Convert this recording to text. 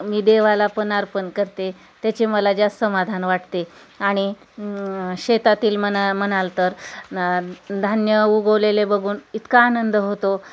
मी देवाला पण अर्पण करते त्याचे मला जास्त समाधान वाटते आणि शेतातील मना म्हणाल तर धान्य उगवलेले बघून इतका आनंद होतो